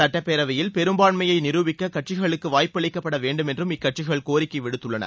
சட்டப்பேரவையில் பெரும்பான்மையை நிருபிக்க கட்சிகளுக்கு வாய்ப்பளிக்கப்படவேண்டும் என்றும் இக்கட்சிகள் கோரிக்கை விடுத்துள்ளன